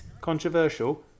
controversial